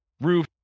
roof